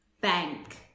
bank